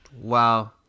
Wow